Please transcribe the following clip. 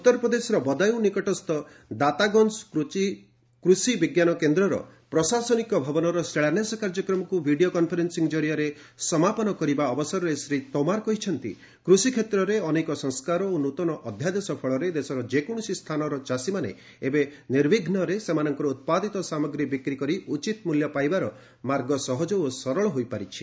ଉତ୍ତରପ୍ରଦେଶର ବଦାୟୁଁ ନିକଟସ୍ଥ ଦାତାଗଞ୍ଜ କୂଷି ବିଜ୍ଞାନ କେନ୍ଦ୍ରର ପ୍ରଶାସନିକ ଭବନର ଶିଳାନ୍ୟାସ କାର୍ଯ୍ୟକ୍ରମକୁ ଭିଡ଼ିଓ କନଫରେନ୍ନିଂ କରିଆରେ ସମାପନ କରିବା ଅବସରରେ ଶ୍ରୀ ତୋମାର କହିଛନ୍ତି କୃଷି କ୍ଷେତ୍ରରେ ଅନେକ ସଂସ୍କାର ଓ ନୂତନ ଅଧ୍ୟାଦେଶ ଫଳରେ ଦେଶର ଯେକୌଣସି ସ୍ଥାନର ଚାଷୀମାନେ ଏବେ ନିର୍ବିଘ୍ନରେ ସେମାନଙ୍କ ଉତ୍ପାଦିତ ସାମଗ୍ରୀ ବିକ୍ରି କରି ଉଚିତ୍ ମୂଲ୍ୟ ପାଇବାର ମାର୍ଗ ସହଜ ଓ ସରଳ ହୋଇପାରିଛି